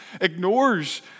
ignores